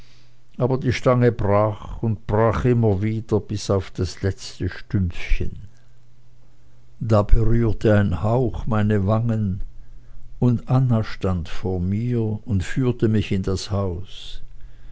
aber die stange brach und brach immer wieder bis auf das letzte stümpfchen da berührte ein hauch meine wangen und anna stand vor mir und führte mich in das haus